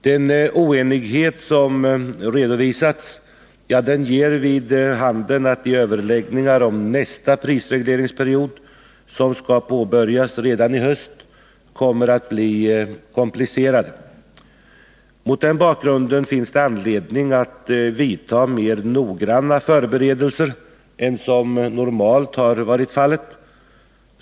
Den oenighet som har redovisats ger vid handen att de överläggningar om nästa prisregleringsperiod som skall påbörjas redan i höst kommer att bli komplicerade. Mot den bakgrunden finns det anledning att vidta noggrannare förberedelser än som normalt har varit fallet.